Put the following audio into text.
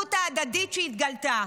הערבות ההדדית שהתגלתה?